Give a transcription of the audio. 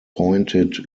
pointed